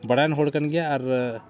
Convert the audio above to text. ᱵᱟᱲᱟᱭᱟᱱ ᱦᱚᱲ ᱠᱟᱱ ᱜᱮᱭᱟᱭ ᱟᱨ